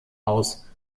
aus